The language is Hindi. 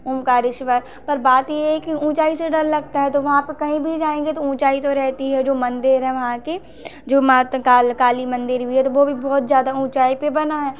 ओमकारेश्वर पर बात यह है कि ऊँचाई से डर लगता है तो वहाँ पर कहीं भी जाएँगे तो ऊँचाई तो रहती है जो मंदिर है वहाँ की जो मात काल काली मंदिर भी है तो वह भी बहुत ज़्यादा ऊँचाई पर बना है